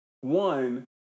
One